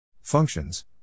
Functions